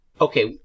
okay